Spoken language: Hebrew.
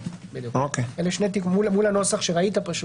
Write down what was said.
מול הנוסח שראית.